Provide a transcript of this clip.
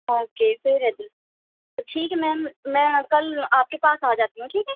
okay پھر رہتی تو ٹھیک ہے میم میں کل آپ کے پاس آ جاتی ہوں ٹھیک ہے